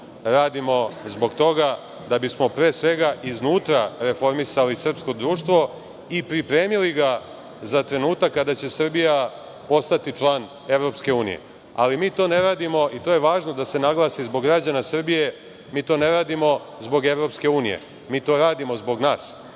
radimo zbog toga da bismo pre svega iznutra reformisali srpsko društvo i pripremili ga za trenutak kada će Srbija postati član EU. Ali, mi to ne radimo i to je važno da se naglasi zbog građana Srbije, mi to ne radimo zbog EU, mi to radimo zbog nas,